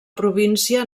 província